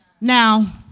Now